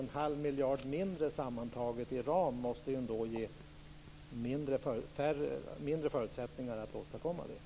En halv miljard mindre sammantaget i ram måste ändå ge mindre förutsättningar att åstadkomma det.